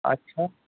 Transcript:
अच्छा